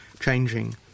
changing